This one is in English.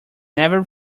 never